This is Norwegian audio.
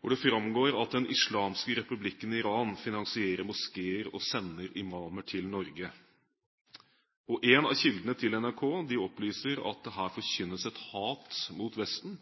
hvor det framgår at den islamske republikken Iran finansierer moskeer og sender imamer til Norge. Én av kildene til NRK opplyser at det her forkynnes et hat mot Vesten,